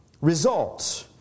results